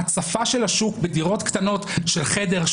הצפה של השוק בדירות קטנות של חדר,